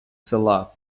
села